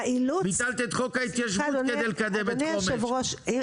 ביטלת את חוק ההתיישבות כדי לקדם את חומש.